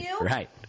right